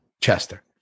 Chester